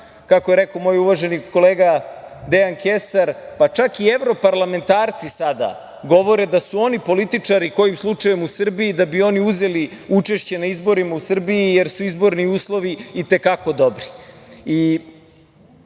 kako je rekao moj uvaženi kolega Dejan Kesar, pa čak i evroparlamentarci sada govore da su oni političari kojim slučajem u Srbiji da bi oni uzeli učešće na izborima u Srbiji jer su izborni uslovi i te kako dobri. Od